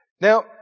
Now